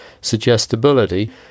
suggestibility